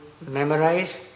memorize